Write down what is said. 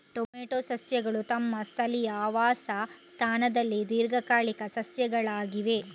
tomato ಸಸ್ಯಗಳು ತಮ್ಮ ಸ್ಥಳೀಯ ಆವಾಸ ಸ್ಥಾನದಲ್ಲಿ ದೀರ್ಘಕಾಲಿಕ ಸಸ್ಯಗಳಾಗಿವೆ